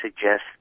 suggest